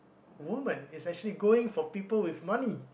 woman is actually going for people with money